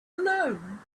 alone